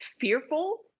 fearful